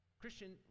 Christian